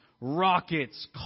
rockets